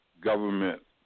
government